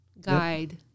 guide